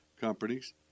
companies